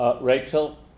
Rachel